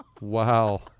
Wow